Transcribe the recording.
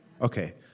Okay